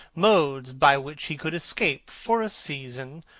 modes by which he could escape, for a season,